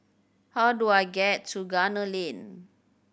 how do I get to Gunner Lane